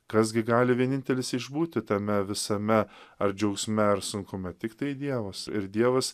kas gi gali vienintelis išbūti tame visame ar džiaugsme ar sunkume tiktai dievas ir dievas